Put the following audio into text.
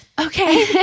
Okay